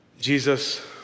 Jesus